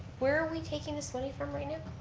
where are we taking this money from right now?